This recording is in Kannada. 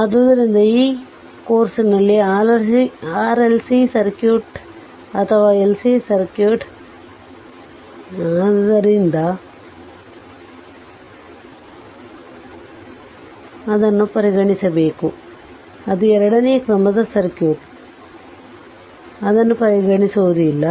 ಆದ್ದರಿಂದ ಈ ಕೋರ್ಸ್ನಲ್ಲಿ RLC ಸರ್ಕ್ಯೂಟ್ ಅಥವಾ LC ಸರ್ಕ್ಯೂಟ್ ಅನ್ನು ಪರಿಗಣಿಸುವುದಿಲ್ಲ ಅದು ಎರಡನೇ ಕ್ರಮದ ಸರ್ಕ್ಯೂಟ್ ಅನ್ನು ಪರಿಗಣಿಸುವುದಿಲ್ಲ